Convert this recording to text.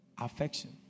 Affection